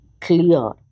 clear